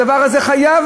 הדבר הזה חייב,